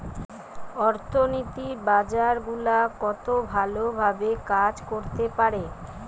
অর্থনীতির বাজার গুলা কত ভালো ভাবে কাজ করতে পারে